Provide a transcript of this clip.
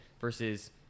versus